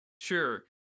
Sure